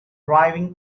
driving